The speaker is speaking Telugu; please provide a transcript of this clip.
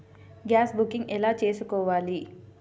గ్యాస్ బుకింగ్ ఎలా చేసుకోవాలి?